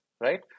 Right